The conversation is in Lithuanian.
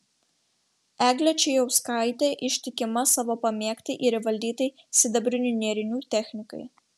eglė čėjauskaitė ištikima savo pamėgtai ir įvaldytai sidabrinių nėrinių technikai